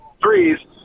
threes